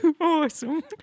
Awesome